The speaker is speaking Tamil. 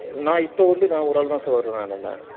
நான் இப்போ வந்து நான் ஒரு ஆள் தான் சார் வருவேன் நான்